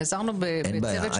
נעזרנו בצוות של מומחים.